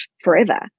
forever